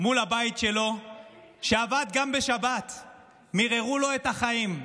מול הבית שלו שעבד גם בשבת, מיררו לו את החיים,